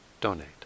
donate